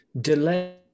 delay